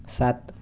सात